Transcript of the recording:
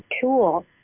tool